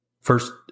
first